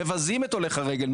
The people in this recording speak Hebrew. מבזים את הולך הרגל,